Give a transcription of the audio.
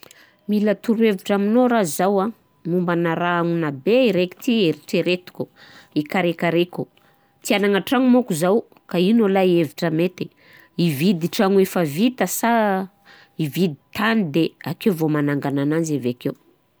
Mila torohevitra aminao ra zao an, mombana raha anona be raiky ty eritreretiko, ikarakaraiko, tià hanagna tragno manko zaho ka ino alay hevitra mety? Hividy tragno efa vita sa hividy tany de akeo vô manangagna ananzy avekeo?